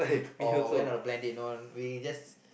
or went on the plan deep no we just